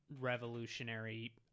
revolutionary